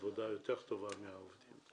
עבודה יותר טובה מהעובדים.